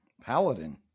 Paladin